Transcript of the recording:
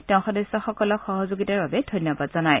তেওঁ সদস্যসকলক সহযোগিতাৰ বাবে ধন্যবাদ জনায়